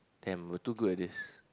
damn I am too good at this